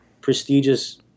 prestigious